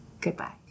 Goodbye